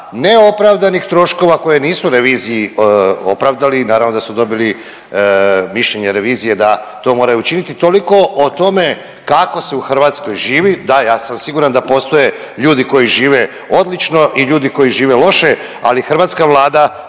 neopravdanih troškova koje nisu reviziji opravdali i naravno da su dobili mišljenje revizije da to moraju učiniti, toliko o tome kako se u Hrvatskoj živi. Da, ja sam siguran da postoje ljudi koji žive odlično i ljudi koji žive loše, ali hrvatska Vlada